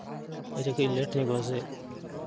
ᱟᱪᱪᱷᱟ ᱠᱟᱹᱡ ᱞᱮᱴ ᱧᱚᱜᱚᱜᱼᱟ ᱥᱮ ᱪᱮᱫ